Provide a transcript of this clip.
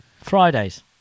Fridays